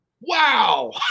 Wow